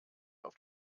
auf